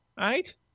right